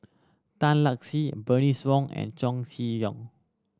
Tan Lark Sye Bernice Wong and Chow Chee Yong